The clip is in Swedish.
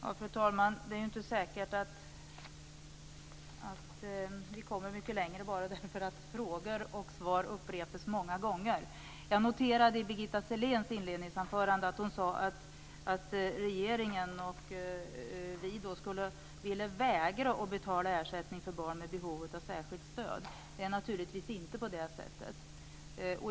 Fru talman! Det är inte säkert att vi kommer så mycket längre enbart genom att frågor och svar upprepas många gånger. Jag noterade i Birgitta Selléns inledningsanförande att hon sade att regeringen och vi socialdemokrater ville vägra att betala ut ersättning för barn med behov av särskilt stöd. Det är naturligtvis inte på det sättet.